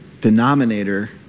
denominator